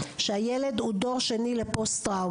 שהילד הוא דור שני לפוסט-טראומה.